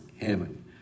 heaven